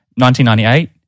1998